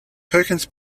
perkins